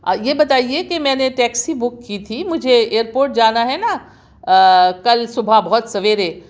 یہ بتائیے کہ میں نے ٹیکسی بک کی تھی مجھے ایئر پورٹ جانا ہے نا کل صُبح بہت سویرے